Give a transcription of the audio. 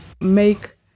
make